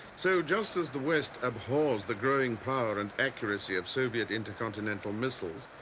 so, just as the west abhors the growing power and accuracy of soviet intercontinental missiles,